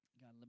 God